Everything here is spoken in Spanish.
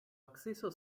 acceso